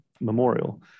memorial